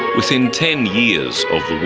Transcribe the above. within ten years of the